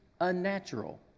unnatural